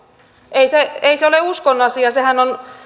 ei se ei se ole uskon asia sehän on